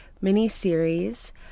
mini-series